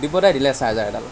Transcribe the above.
দিব্যদাই দিলে চাৰ্জাৰ এডাল